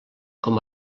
com